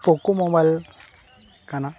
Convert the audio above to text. ᱯᱳᱠᱳ mobile ᱠᱟᱱᱟ